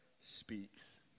speaks